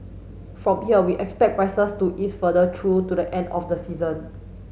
from here we expect prices to ease further through to the end of the season